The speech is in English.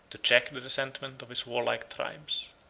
to check the resentment of his warlike tribes.